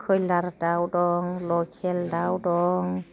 खैलार दाउ दं लकेल दाउ दं